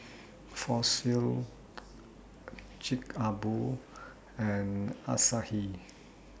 Fossil Chic A Boo and Asahi